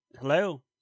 Hello